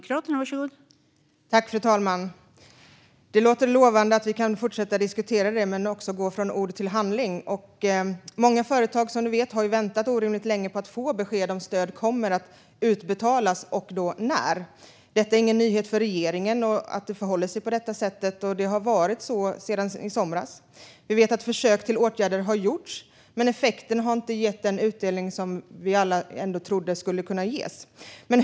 Fru talman! Det låter lovande att vi kan fortsätta diskutera detta men också gå från ord till handling. Många företag har, som ni vet, väntat orimligt länge på att få besked om stöd kommer att utbetalas och när. Det är ingen nyhet för regeringen att det förhåller sig på detta sätt. Det har varit så sedan i somras. Vi vet att försök till åtgärder har gjorts. Men effekten har inte gett den utdelning som vi alla ändå trodde att den skulle ge.